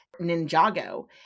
Ninjago